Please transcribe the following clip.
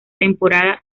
temporada